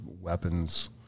weapons